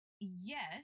yes